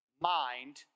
mind